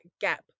gap